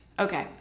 okay